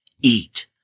Eat